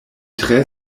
tre